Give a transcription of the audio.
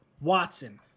Watson